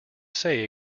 say